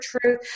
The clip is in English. truth